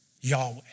Yahweh